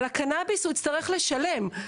ועל הקנביס הוא יצטרך לשלם.